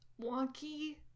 wonky